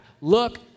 look